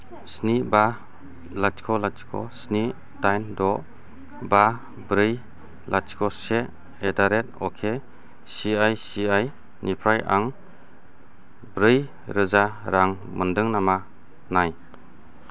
स्नि बा लाथिख' लाथिख' स्नि दाइन द' बा ब्रै लाथिख' से एट दा रेट अके सि आइ सि आइ निफ्राय आं ब्रै रोजा रां मोन्दों नामा नाय